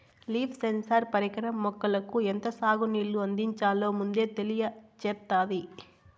leaf sensor పరికరం మొక్కలకు ఎంత సాగు నీళ్ళు అందించాలో ముందే తెలియచేత్తాది